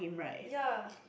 ya